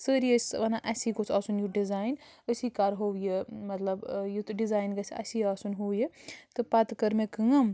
سٲری ٲسۍ وَنان اَسی گوٚژھ آسُن یُتھ ڈِزاین أسی کَرہو یہِ مطلب یُتھ ڈِزاین گَژھِ اَسی آسُن ہُہ یہِ تہٕ پتہٕ کٔر مےٚ کٲم